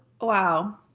Wow